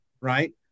right